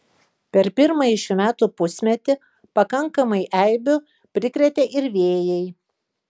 per pirmąjį šių metų pusmetį pakankamai eibių prikrėtė ir vėjai